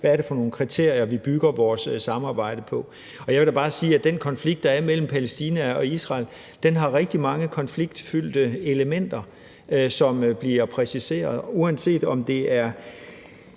hvad det er for nogle kriterier, vi bygger vores samarbejde på. Og jeg vil da bare sige, at den konflikt, der er mellem Palæstina og Israel, har rigtig mange konfliktfyldte elementer, som bliver præciseret. Uanset om det er